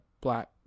black